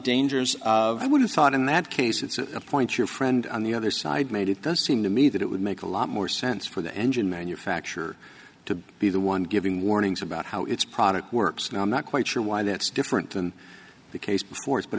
dangers of i would have thought in that case it's a point your friend on the other side made it does seem to me that it would make a lot more sense for the engine manufacturer to be the one giving warnings about how its product works and i'm not quite sure why that's different than the case of course but